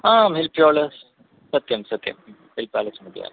आम् हिल्प्यालस् सत्यं सत्यं हिल्प्यालेसमध्ये